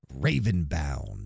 Ravenbound